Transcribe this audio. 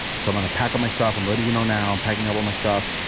so i'm gonna pack up my stuff. i'm letting you know now, i'm packing up all my stuff.